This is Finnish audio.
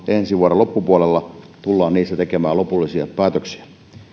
ensi vuoden loppupuolella tullaan niistä tekemään lopullisia päätöksiä